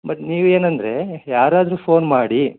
ಮತ್ತೆ ನೀವು ಏನೆಂದ್ರೆ ಯಾರಾದರು ಫೋನ್ ಮಾಡಿ